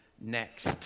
next